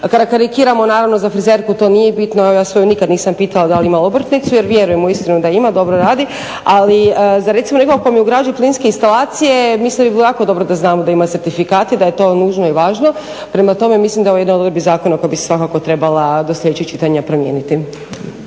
Karikiramo, naravno za frizerku to nije bitno. Evo ja svoju nikad nisam pitala da li ima obrtnicu jer vjerujem uistinu da ima, dobro radi, ali za recimo nekoga tko mi ugrađuje plinske instalacije mislim da bi bilo jako dobro da znam da ima certifikat i da je to nužno i važno. Prema tome, mislim da je ovo jedna od odredbi zakona koja bi se svakako trebala do sljedećeg čitanja promijeniti.